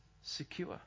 secure